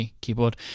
keyboard